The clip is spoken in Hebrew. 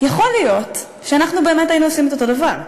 יכול להיות שאנחנו באמת היינו עושים את אותו הדבר,